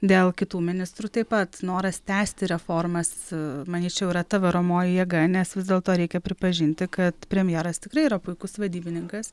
dėl kitų ministrų taip pat noras tęsti reformas manyčiau yra ta varomoji jėga nes vis dėlto reikia pripažinti kad premjeras tikrai yra puikus vadybininkas